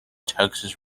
texas